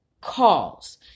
calls